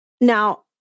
Now